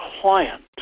client